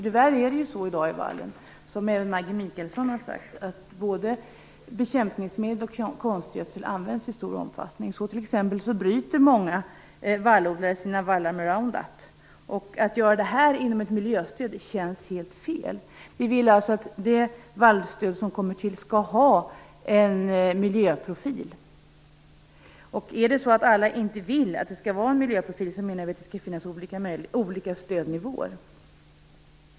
Tyvärr är det så i dag i vallodlingen - som även Maggi Mikaelsson har sagt - att både bekämpningsmedel och konstgödsel används i stor omfattning. Många vallodlare bryter t.ex. sina vallar med Roundup. Att göra detta inom ett miljöstöd känns helt fel. Vi vill att det vallstöd som kommer till skall ha en miljöprofil. Är det så att alla inte vill att det skall vara en miljöprofil menar vi att det skall finnas olika stödnivåer.